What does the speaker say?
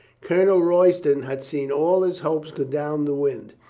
colonel royston had seen all his hopes go down the wind.